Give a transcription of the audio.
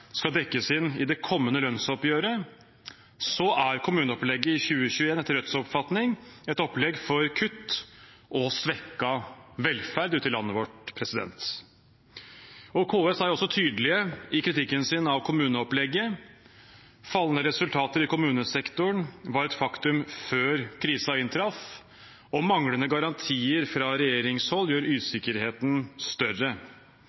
skal dekkes inn i det kommende lønnsoppgjøret, er kommuneopplegget i 2021 etter Rødts oppfatning et opplegg for kutt og svekket velferd ute i landet vårt. KS er også tydelige i kritikken sin av kommuneopplegget. Fallende resultater i kommunesektoren var et faktum før krisen inntraff, og manglende garantier fra regjeringshold gjør usikkerheten større.